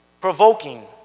provoking